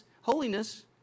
holiness